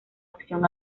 opción